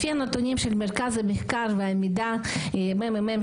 לפי הנתונים של מרכז המחקר והמידע (ממ"מ)